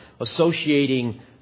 associating